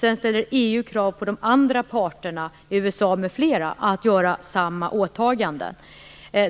EU ställer sedan krav på de andra parterna, USA m.fl. att göra samma åtagande.